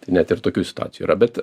tai net ir tokių situacijų yra bet